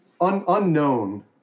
unknown